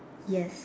yes